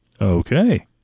Okay